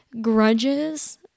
grudges